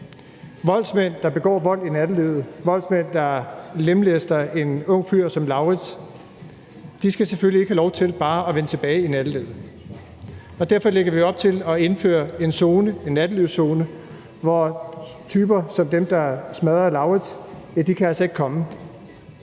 Voldsmænd, der begår vold i nattelivet, voldsmænd, der lemlæster en ung fyr som Lauritz, skal selvfølgelig ikke bare have lov til at vende tilbage i nattelivet. Derfor lægger vi op til at indføre en nattelivszone, hvor typer som dem, der smadrede Lauritz, ikke kan komme.